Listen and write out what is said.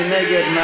מי נגד?